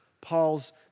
Paul's